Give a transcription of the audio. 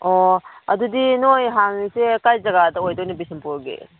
ꯑꯣ ꯑꯗꯨꯗꯤ ꯅꯣꯏ ꯍꯥꯡꯏꯁꯦ ꯀꯥꯏ ꯖꯒꯥꯗ ꯑꯣꯏꯗꯣꯏꯅꯣ ꯕꯤꯁꯅꯨꯄꯨꯔꯒꯤ